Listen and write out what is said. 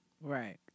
right